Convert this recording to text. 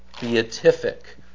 beatific